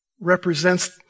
represents